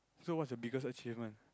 so what's your biggest achievement